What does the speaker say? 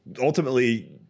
ultimately